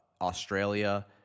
Australia